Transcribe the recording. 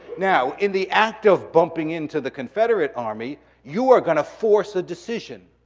now, in the act of bumping into the confederate army, you are gonna force a decision